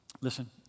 Listen